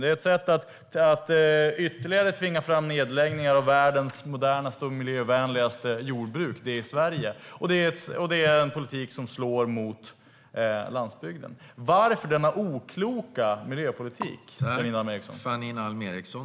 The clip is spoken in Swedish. Det är ytterligare ett sätt att tvinga fram nedläggningar av världens modernaste och miljövänligaste jordbruk, det svenska. Varför denna okloka miljöpolitik, Janine Alm Ericson?